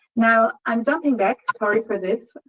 now, i'm jumping back sorry for this.